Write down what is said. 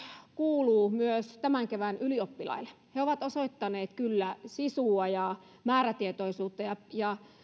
kuuluu myös tämän kevään ylioppilaille he ovat osoittaneet kyllä sisua ja määrätietoisuutta ja ja myös